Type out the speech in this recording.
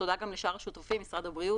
תודה גם לשאר השותפים, משרד הבריאות,